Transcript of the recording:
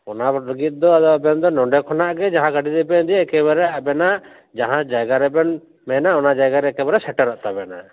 ᱚᱱᱟ ᱞᱟᱹᱜᱤᱫ ᱫᱚ ᱟᱵᱮᱱ ᱫᱚ ᱱᱚᱸᱰᱮ ᱠᱷᱚᱱᱟᱜ ᱜᱮ ᱡᱟᱦᱟᱸ ᱜᱟᱹᱰᱤ ᱨᱮᱵᱮᱱ ᱤᱫᱤᱭᱟ ᱮᱠᱮᱵᱟᱨᱮ ᱟᱵᱮᱱᱟᱜ ᱡᱟᱦᱟᱸ ᱡᱟᱭᱜᱟ ᱨᱮᱵᱮᱱ ᱢᱮᱱᱟ ᱚᱱᱟ ᱡᱟᱭᱜᱟ ᱨᱮ ᱮᱠᱮᱵᱟᱨᱮ ᱥᱮᱴᱮᱨᱚᱜ ᱛᱟᱵᱮᱱᱟ